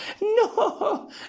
no